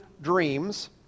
dreams